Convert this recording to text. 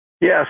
Yes